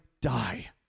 die